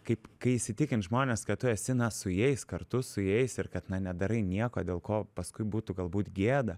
kaip kai jis įtikins žmonės kad tu esi su jais kartu su jais ir kad na nedarai nieko dėl ko paskui būtų galbūt gėda